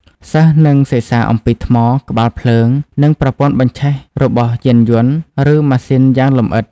សិស្សនឹងសិក្សាអំពីថ្ម ក្បាលភ្លើង និងប្រព័ន្ធបញ្ឆេះ របស់យានយន្ត ឬម៉ាស៊ីនយ៉ាងលម្អិត។